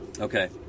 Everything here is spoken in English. Okay